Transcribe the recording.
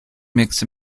mixed